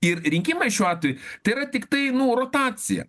ir rinkimai šiuo atveju tai yra tiktai nu rotacija